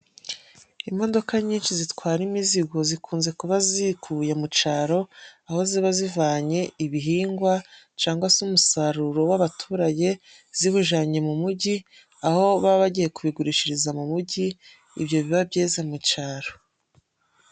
Imodoka nyinshi zitwara imizigo, zikunze kuba ziyikuye mu cyaro, aho ziba zivanye ibihingwa cyangwa se umusaruro w'abaturage ziwujyanye mu mujyi, aho baba bagiye kubigurishiriza mu mujyi, ibyo biba byeze mu icaro.